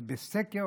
זה בסקר